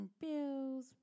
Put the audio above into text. bills